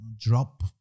drop